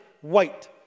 White